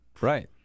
right